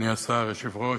אדוני השר, היושב-ראש,